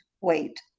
wait